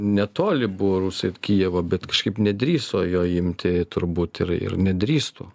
netoli buvo rusai kijevo bet kažkaip nedrįso jo imti turbūt ir ir nedrįstų